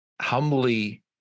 humbly